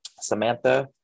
Samantha